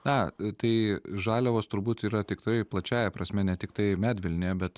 na tai žaliavos turbūt yra tiktai plačiąja prasme ne tiktai medvilnė bet